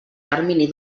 termini